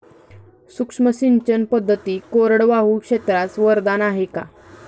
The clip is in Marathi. सूक्ष्म सिंचन पद्धती कोरडवाहू क्षेत्रास वरदान आहे का?